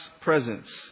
presence